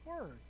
word